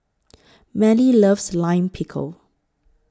Mallie loves Lime Pickle